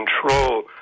control